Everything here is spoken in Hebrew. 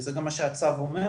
וזה גם מה שהצו אומר,